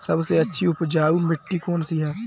सबसे अच्छी उपजाऊ मिट्टी कौन सी है?